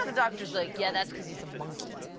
ah the doctor is like, yeah, that's cos he's a monkey.